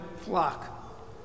flock